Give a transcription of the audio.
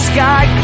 Sky